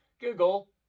Google